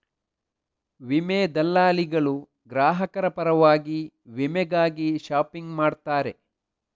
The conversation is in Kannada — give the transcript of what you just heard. ವಿಮಾ ದಲ್ಲಾಳಿಗಳು ಗ್ರಾಹಕರ ಪರವಾಗಿ ವಿಮೆಗಾಗಿ ಶಾಪಿಂಗ್ ಮಾಡುತ್ತಾರೆ